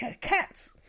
cats